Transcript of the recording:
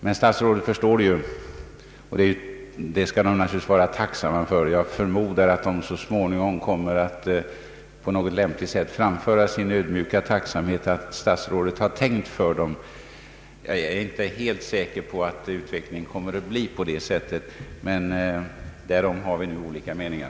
Men statsrådet förstår det ju, och det skall den vara tacksam för. Jag förmodar att den så småningom kommer att på något lämpligt sätt framföra sin ödmjuka tacksamhet för att statsrådet har tänkt för den. Jag är bara inte helt säker på att utvecklingen kommer att gå i den riktningen; men därom har vi olika meningar.